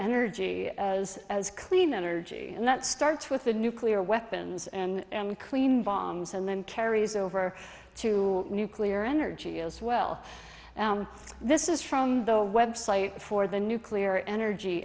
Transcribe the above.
energy as clean energy and that starts with the nuclear weapons and clean bombs and then carries over to nuclear energy as well this is from the web site for the nuclear energy